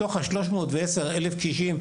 מתוך ה-310 אלף קשישים,